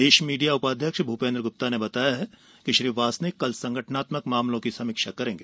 प्रदेश media उपाध्यक्ष भूपेन्द्र गुप्ता ने बताया कि श्री वासनिक कल संगठनात्मक मामलों की समीक्षा करेंगे